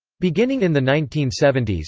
beginning in the nineteen seventy s,